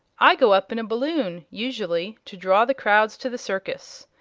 i go up in a balloon, usually, to draw the crowds to the circus.